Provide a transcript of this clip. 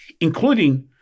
including